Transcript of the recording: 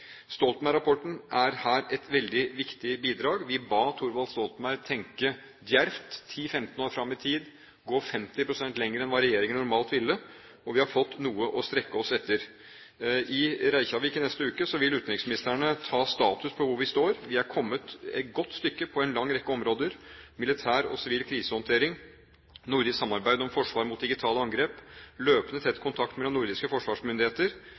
er her et veldig viktig bidrag. Vi ba Thorvald Stoltenberg tenke djervt – 10–15 år fram i tid – og å gå 50 pst. lenger enn hva regjeringer normalt ville. Vi har fått noe å strekke oss etter. I Reykjavik i neste uke vil utenriksministrene ta status på hvor vi står. Vi har kommet et godt stykke på en lang rekke områder: militær og sivil krisehåndtering, nordisk samarbeid om forsvar mot digitale angrep, løpende, tett kontakt mellom nordiske forsvarsmyndigheter